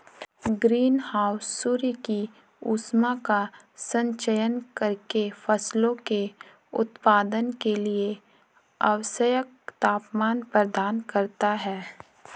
green house सूर्य की ऊष्मा का संचयन करके फसलों के उत्पादन के लिए आवश्यक तापमान प्रदान करता है